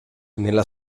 nella